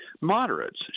moderates